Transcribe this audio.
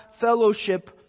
fellowship